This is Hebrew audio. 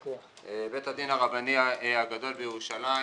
בית הדין הרבני הגדול בירושלים,